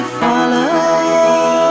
follow